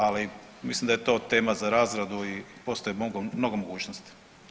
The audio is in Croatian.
Ali mislim da je to tema za razradu i postoji mnogo mogućnosti.